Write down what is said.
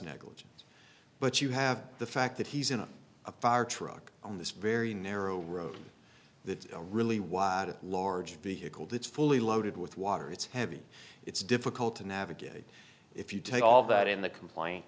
negligence but you have the fact that he's in a fire truck on this very narrow road that a really wide large vehicle that's fully loaded with water it's heavy it's difficult to navigate if you take all that in the complaint